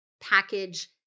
package